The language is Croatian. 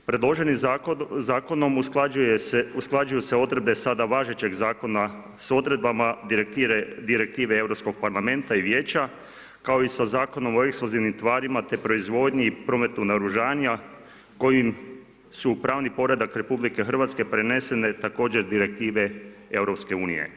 Predloženim zakonom usklađuju se odredbe sada važećeg Zakona s odredbama direktive Europskog parlamenta i vijeća, kao i sa Zakonom o eksplozivnim tvarima, te proizvodnji i prometu naoružanja kojim su u pravni poredak RH prenesene također direktive EU.